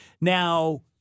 Now